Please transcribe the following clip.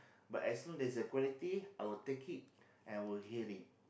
but as long as there is the quality I will take it and I will hear it